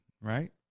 right